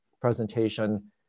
presentation